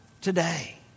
today